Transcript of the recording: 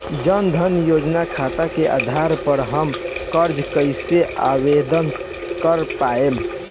जन धन योजना खाता के आधार पर हम कर्जा कईसे आवेदन कर पाएम?